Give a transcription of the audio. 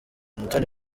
umutoni